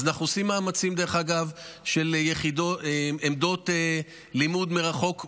אנחנו עושים מאמצים של עמדות לימוד מרחוק בשטח,